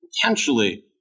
potentially